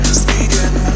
speaking